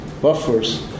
buffers